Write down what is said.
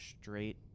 straight